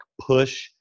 push